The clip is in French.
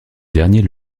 derniers